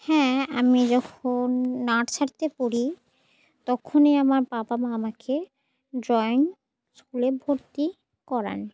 হ্যাঁ আমি যখন নার্সারিতে পড়ি তখনই আমার বাবা মা আমাকে ড্রয়িং স্কুলে ভর্তি করান